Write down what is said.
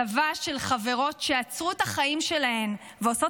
צבא של חברות שעצרו את החיים שלהן ועושות